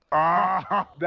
ah.